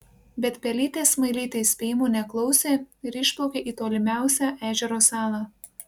bet pelytė smailytė įspėjimų neklausė ir išplaukė į tolimiausią ežero salą